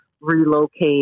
relocate